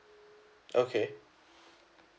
okay